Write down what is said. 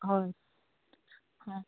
होय आं